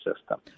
system